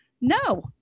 no